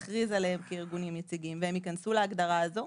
יכריז עליהם כארגונים יציגים והם ייכנסו להגדרה הזו,